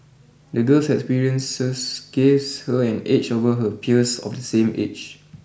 the girl's experiences gives her an edge over her peers of the same age